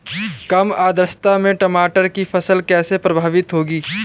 कम आर्द्रता में टमाटर की फसल कैसे प्रभावित होगी?